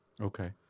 Okay